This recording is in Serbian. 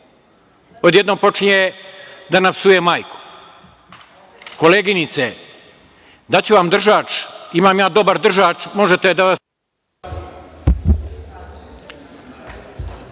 odjednom počinje da nam psuje majku. Koleginice, daću vam držač, imam ja dobar držač, možete da…